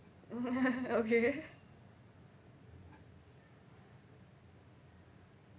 okay